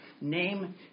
name